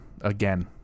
again